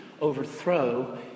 overthrow